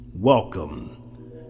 Welcome